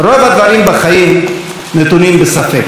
רוב הדברים בחיים נתונים בספק.